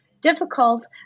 difficult